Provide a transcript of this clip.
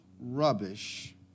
rubbish